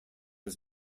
was